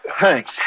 Thanks